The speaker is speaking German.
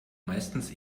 meistens